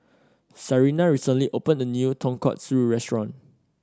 Sarina recently opened a new Tonkatsu Restaurant